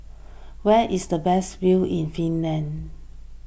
where is the best view in Finland